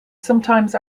sometimes